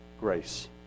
grace